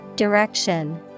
Direction